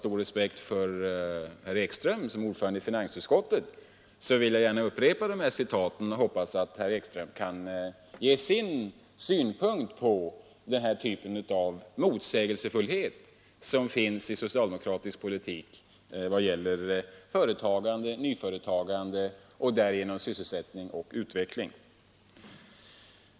Jag hoppas att herr Ekström, som jag har stor respekt för och som är ordförande i finansutskottet, kan ge några synpunkter på det motsägelsefulla i socialdemokratisk politik när det gäller företagande, nyföretagande och därigenom sysselsättning och utveckling.